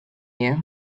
you